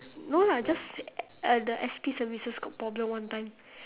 no lah just the S_P services got problem one time